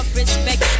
respect